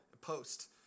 post